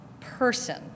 person